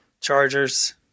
Chargers